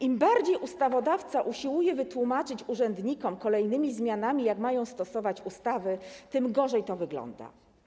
Im bardziej ustawodawca usiłuje wytłumaczyć urzędnikom kolejnymi zmianami, jak mają stosować ustawy, tym gorzej to wygląda.